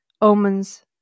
omens